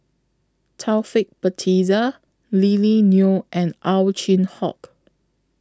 Taufik Batisah Lily Neo and Ow Chin Hock